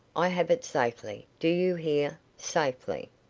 i have it safely do you hear safely.